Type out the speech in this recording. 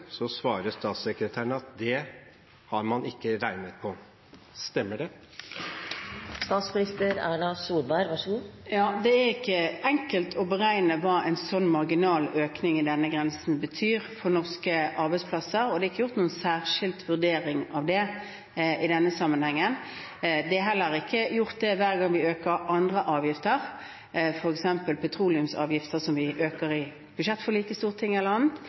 svarer statssekretæren at det har man ikke regnet på. Stemmer det? Det er ikke enkelt å beregne hva en slik marginal økning av denne grensen betyr for norske arbeidsplasser, og det er ikke gjort noen særskilt vurdering av det i denne sammenhengen. Det blir heller ikke gjort hver gang vi øker andre avgifter, f.eks. petroleumsavgifter, som vi øker i budsjettforlik i Stortinget, eller annet,